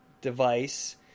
device